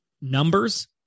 Numbers